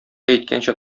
әйткәнчә